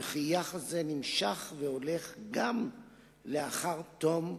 וכי יחס זה נמשך והולך גם לאחר תום הכהונה.